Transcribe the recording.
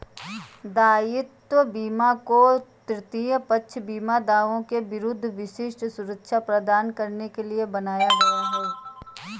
दायित्व बीमा को तृतीय पक्ष बीमा दावों के विरुद्ध विशिष्ट सुरक्षा प्रदान करने के लिए बनाया गया है